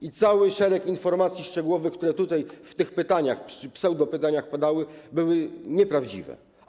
I cały szereg informacji szczegółowych, które tutaj w tych pytaniach czy pseudopytaniach padały, było nieprawdziwych.